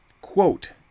quote